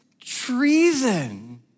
treason